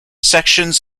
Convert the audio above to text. sections